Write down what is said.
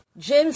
James